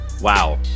Wow